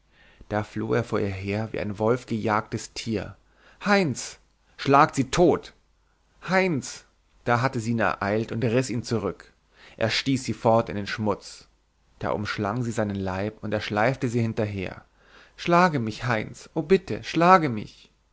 da floh er vor ihr her wie ein wolfgejagtes tier heinz schlagt sie tot heinz da hatte sie ihn ereilt und riß ihn zurück er stieß sie fort in den schmutz da umschlang sie seinen leib und er schleifte sie hinterher schlage mich heinz o bitte schlage mich